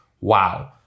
wow